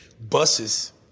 buses